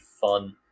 fun